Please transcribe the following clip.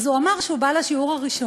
אז הוא אמר שהוא בא לשיעור הראשון,